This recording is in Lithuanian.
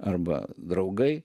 arba draugai